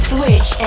Switch